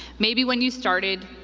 maybe when you started,